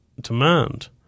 demand